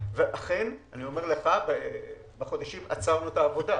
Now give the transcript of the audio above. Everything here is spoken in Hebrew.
ואכן עצרנו את העבודה.